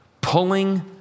pulling